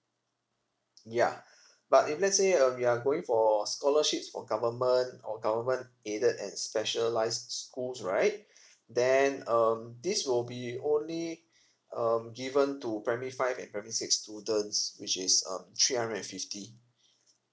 ya but if let's say uh if you're going for scholarships for government or government aided at specialized schools right then um this will be only um given to primary five and primary six students which is um three hundred and fifty